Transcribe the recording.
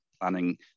planning